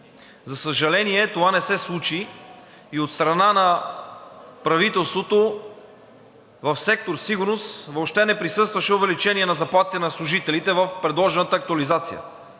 За съжаление, това не се случи и от страна на правителството в сектор „Сигурност“ въобще не присъстваше увеличение на заплатите на служителите в предложената актуализация,